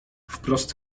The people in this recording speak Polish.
wprost